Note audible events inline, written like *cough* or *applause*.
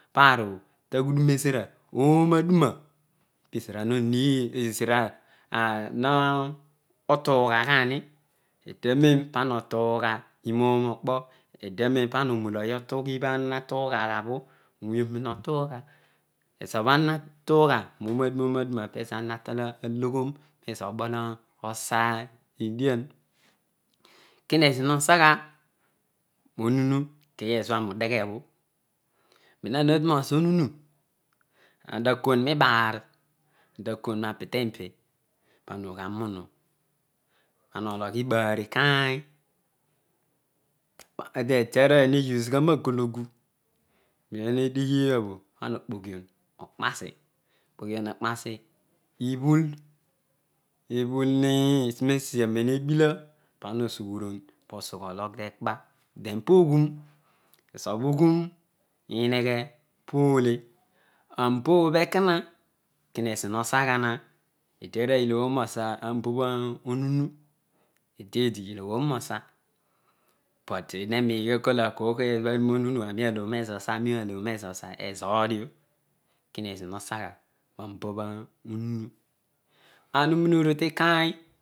Parobho taghudun ezura omo aduna pezina honeed ezina bho tuu gha ghazii edianem pana otuugha imoom okpo eduanen parna oroula otuugha who ona na tuugha gha bho ove oni notuugha ezobho ana duugha obiaduna onaduna bho pezo ana naloghon ezo obol esa edian kuuezolo hosagha nro hunu the kebho aani udeghi bho ne- aura ha tu nosa ohuhu oh ta kuni *unintelligible* aloon ohls ekona kine zolo ho sagha eduarooy iloghe nio nosa aba bhouuhu edeedi iloghu mio nosa poedeedi ne mine kol anialoghon ezo sa koorkoo olo abun ohu hu hakool eedi eloghaon ezo sa ezo bho dio kine zo hosagha nababh ohunu ana unuu uru ti kaain